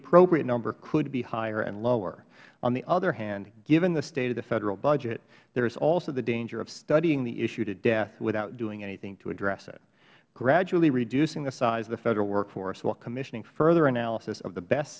appropriate number could be higher or lower on the other hand given the state of the federal budget there is also the danger of studying the issue to death without doing anything to address it gradually reducing the size of the federal workforce while commissioning further analysis of the best